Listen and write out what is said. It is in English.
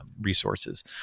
resources